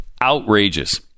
outrageous